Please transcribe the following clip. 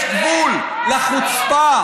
יש גבול לחוצפה.